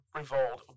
revolt